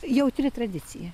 jautri tradicija